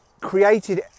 created